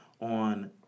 on